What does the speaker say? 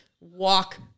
walk